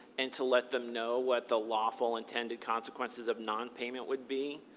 and to let them know what the lawful intended consequences of non-payment would be.